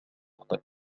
مخطئ